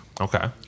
Okay